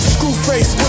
Screwface